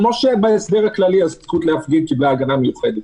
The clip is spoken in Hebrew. כמו שבהסדר הכללי הזכות להפגין קיבלה הגנה מיוחדת.